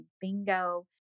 Bingo